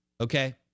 Okay